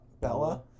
Bella